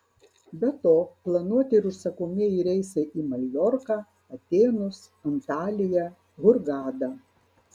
be to planuoti ir užsakomieji reisai į į maljorką atėnus antaliją hurgadą